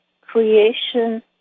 creation